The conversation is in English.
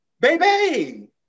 baby